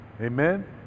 Amen